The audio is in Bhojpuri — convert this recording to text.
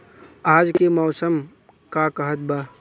आज क मौसम का कहत बा?